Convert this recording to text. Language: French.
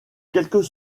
quelques